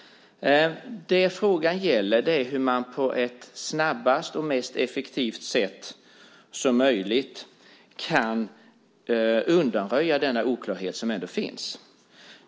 Frågan gäller hur man på det snabbaste och mest effektiva sättet kan undanröja den oklarhet som ändå finns.